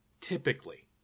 Typically